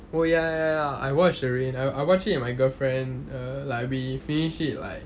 oh ya ya ya I watched the rain I watch it with my girlfriend err like we finish it like